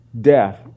death